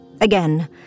Again